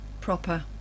Proper